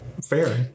Fair